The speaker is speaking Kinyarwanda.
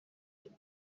nyuma